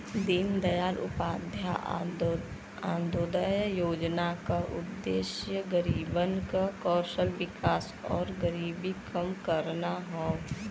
दीनदयाल उपाध्याय अंत्योदय योजना क उद्देश्य गरीबन क कौशल विकास आउर गरीबी कम करना हौ